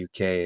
UK